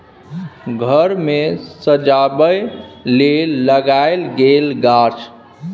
घर मे सजबै लेल लगाएल गेल गाछ